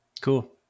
Cool